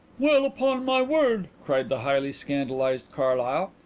well, upon my word! cried the highly scandalized carlyle,